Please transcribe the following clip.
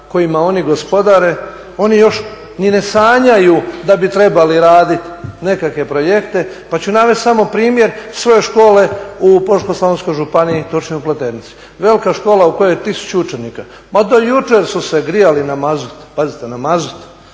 kojima oni gospodare, oni još ni ne sanjaju da bi trebali raditi nekakve projekte. Pa ću navest samo primjer svoje škole u Požeško-slavonskoj županiji, točnije u Pleternici. Velika škola u kojoj je tisuću učenika. Ma do jučer su se grijali na mazut, pazite na mazut.